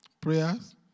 prayers